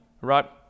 right